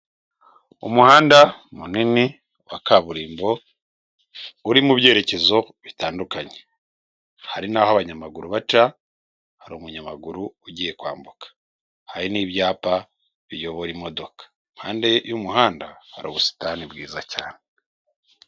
Umuhanda munini wa kaburimbo uri mu byerekezo bitandukanye, hari n nahoaho abanyamaguru baca, hari umunyamaguru ugiye kwambuka, hari n'ibyapa biyobora imodoka, mpande y'umuhanda hari ubusitani bwiza cyane.